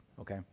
okay